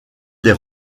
des